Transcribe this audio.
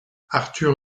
arthur